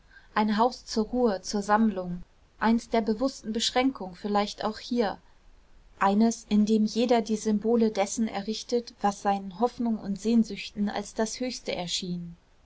ein haus zur ruhe zur sammlung eins der bewußten beschränkung vielleicht auch hier eines in dem jeder die symbole dessen errichtet was seinen hoffnungen und sehnsüchten als das höchste erschien